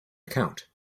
account